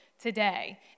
today